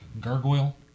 gargoyle